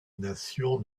nation